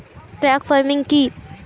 Truck farming কি?